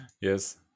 Yes